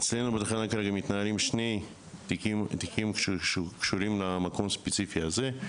בתחנה מתנהלים כרגע שני תיקים שקשורים למקום הספציפי הזה,